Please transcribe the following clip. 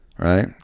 Right